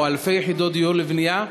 או אלפי יחידות דיור לבנייה?